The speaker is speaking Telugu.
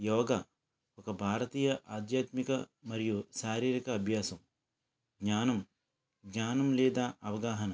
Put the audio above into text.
యోగ ఒక భారతీయ ఆధ్యాత్మిక మరియు శారీరక అభ్యాసం జ్ఞానం జ్ఞానం లేదా అవగాహన